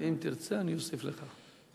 אם תרצה אני אוסיף לך.